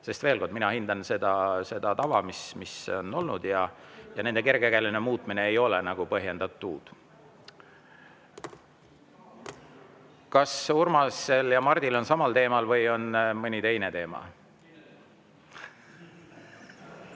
Veel kord: mina hindan seda tava, mis on olnud, ja selle kergekäeline muutmine ei ole nagu põhjendatud. Kas Urmasel ja Mardil on küsimus samal teemal või on mõni teine teema?